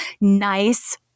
nice